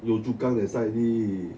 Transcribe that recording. yio chu kang that side already